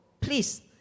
please